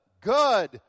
Good